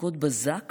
חקיקות בזק